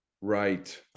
right